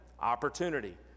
Opportunity